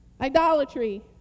Idolatry